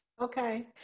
Okay